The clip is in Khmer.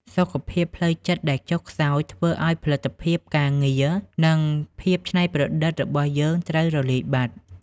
សុខភាពផ្លូវចិត្តដែលចុះខ្សោយ ធ្វើឱ្យផលិតភាពការងារ និងភាពច្នៃប្រឌិតរបស់យើងត្រូវរលាយបាត់។